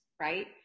right